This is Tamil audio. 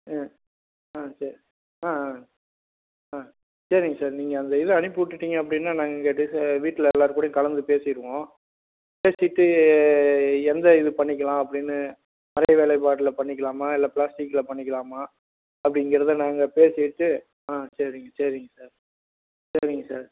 ம் ஆ சரி ஆ ஆ ஆ சரிங்க சார் நீங்கள் அந்த இதை அனுப்பி விட்டுட்டிங்க அப்படின்னா நாங்கள் இங்கே வீட்டில் எல்லாேர் கூடயும் கலந்து பேசிவிடுவோம் பேசிவிட்டு எந்த இது பண்ணிக்கலாம் அப்படின்னு மர வேலைப்பாடில் பண்ணிக்கலாமா இல்லை ப்ளாஸ்டிக்கில் பண்ணிக்கலாமா அப்படிங்கிறத நாங்கள் பேசிவிட்டு ஆ சரிங்க சரிங்க சார் சரிங்க சார்